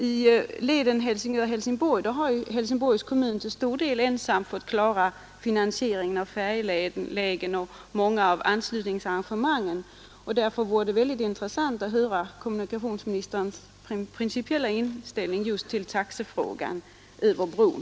På leden Helsingör— Helsingborg har Helsingborgs kommun till stor del ensam fått klara finansieringen av färjelägen och många av anslutningsarrangemangen, och därför vore det mycket intressant att höra kommunikationsministerns principiella inställning till taxefrågan för bron.